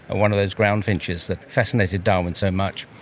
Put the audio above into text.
ah one of those ground finches that fascinated darwin so much.